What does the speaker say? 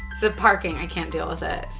it's the parking, i can't deal with it, it's